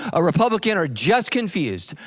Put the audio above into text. a republican, or just confused,